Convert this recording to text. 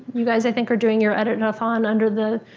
you guys, i think, are doing your edit-a-thon under the,